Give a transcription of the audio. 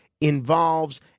involves